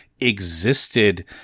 existed